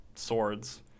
Swords